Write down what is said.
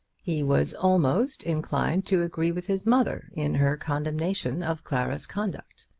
he was almost inclined to agree with his mother in her condemnation of clara's conduct.